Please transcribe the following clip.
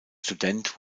student